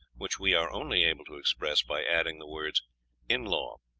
which we are only able to express by adding the words in-law.